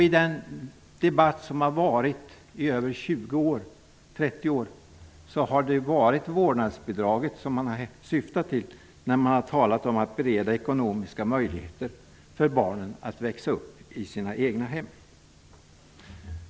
I den debatt som har förts i över 30 år har det varit vårdnadsbidraget som har åsyftats när man har talat om att bereda ekonomiska möjligheter för barnen att växa upp i sina egna hem.